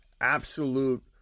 absolute